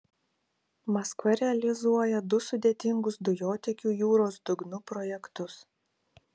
maskva realizuoja du sudėtingus dujotiekių jūros dugnu projektus